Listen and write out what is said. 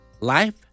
Life